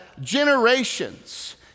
generations